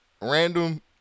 random